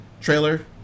trailer